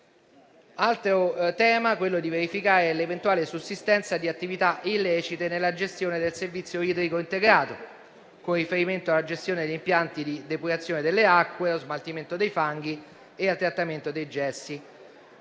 Altro tema è quello di verificare l'eventuale sussistenza di attività illecite nella gestione del servizio idrico integrato, con riferimento alla gestione degli impianti di depurazione delle acque o smaltimento dei fanghi e al trattamento dei gessi.